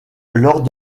lors